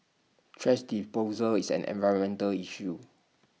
thrash disposal is an environmental issue